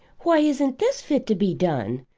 why isn't this fit to be done?